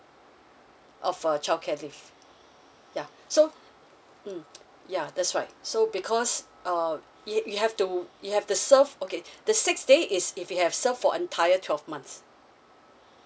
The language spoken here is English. uh for childcare leave yeah so mm yeah that's right so because uh you you have to you have to serve okay the six days is if you have served for entire twelve months